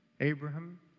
Abraham